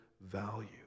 value